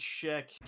check